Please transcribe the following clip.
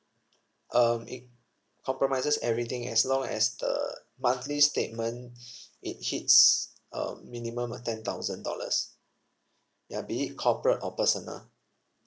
um it compromises everything as long as the monthly statement it hits um minimum a ten thousand dollars ya be it corporate or personal